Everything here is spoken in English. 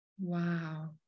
Wow